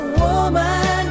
woman